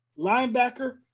linebacker